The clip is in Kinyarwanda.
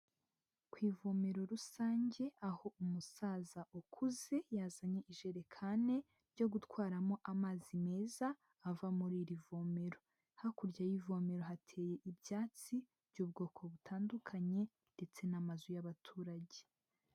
Ku ivomero rusange aho umusaza ukuze yazanye ijerekane yo gutwaramo amazi meza ava muri iri vomero, hakurya y'ivomero hateye ibyatsi by'ubwoko butandukanye ndetse n'amazu y'abaturage.